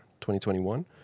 2021